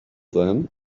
then